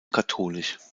katholisch